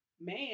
man